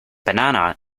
banana